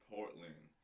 Portland